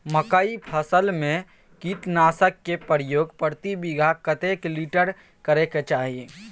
मकई फसल में कीटनासक के प्रयोग प्रति बीघा कतेक लीटर करय के चाही?